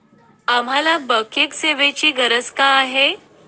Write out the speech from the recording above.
आम्हाला बँकिंग सेवेची गरज का आहे?